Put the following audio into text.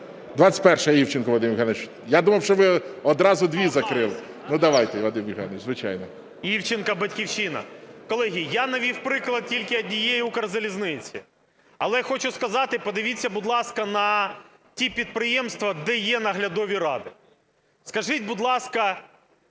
21, Івченко Вадим Євгенович. Я думав, що ви одразу дві закрили. Ну, давайте, Вадим Євгенович, звичайно. 13:14:40 ІВЧЕНКО В.Є. Івченко, "Батьківщина". Колеги, я навів приклад тільки однієї "Укрзалізниці". Але хочу сказати, подивіться, будь ласка, на ті підприємства, де є наглядові ради. Скажіть, будь ласка,